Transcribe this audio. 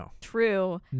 true